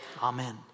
Amen